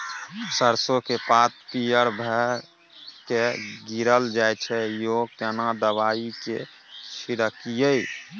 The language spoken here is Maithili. सरसो के पात पीयर भ के गीरल जाय छै यो केना दवाई के छिड़कीयई?